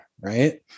Right